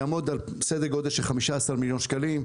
יעמוד על סדר גודל של 15 מיליון שקלים,